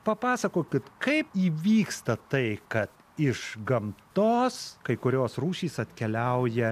papasakokit kaip įvyksta tai kad iš gamtos kai kurios rūšys atkeliauja